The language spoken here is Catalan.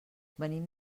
venim